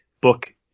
book